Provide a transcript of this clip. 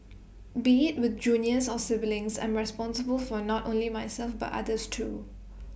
be IT with juniors or siblings I'm responsible for not only myself but others too